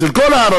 אצל כל הערבים,